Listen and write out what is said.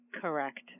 Correct